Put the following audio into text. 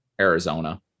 Arizona